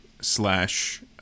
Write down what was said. slash